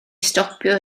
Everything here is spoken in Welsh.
stopio